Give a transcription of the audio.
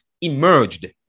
emerged